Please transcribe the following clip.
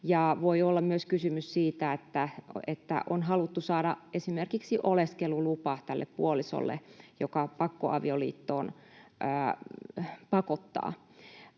voi olla myös kysymys siitä, että on haluttu saada esimerkiksi oleskelulupa tälle puolisolle, joka pakkoavioliittoon pakottaa.